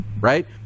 right